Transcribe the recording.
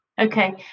okay